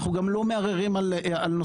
אנחנו גם לא מערערים על נושא